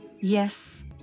Yes